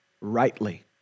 rightly